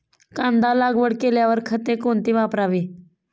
कांदा लागवड केल्यावर खते कोणती वापरावी?